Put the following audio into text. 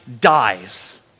dies